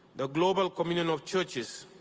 the global communion of churches,